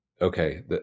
okay